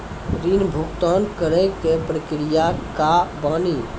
ऋण भुगतान करे के प्रक्रिया का बानी?